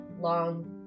long